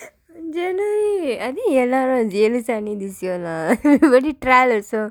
january I think எல்லாரும் ஏழு சனி:ellaarum eezhu sani this year lah very trial also